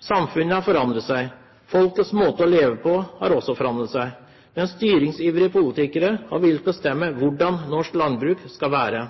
Samfunnet har forandret seg. Folkets måte å leve på har også forandret seg, mens styringsivrige politikere har villet bestemme hvordan norsk landbruk skal være.